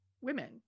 women